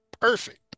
perfect